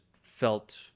felt